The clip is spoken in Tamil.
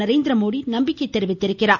நரேந்திரமோடி நம்பிக்கை தெரிவித்திருக்கிறார்